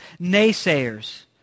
naysayers